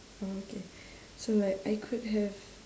okay so like I could have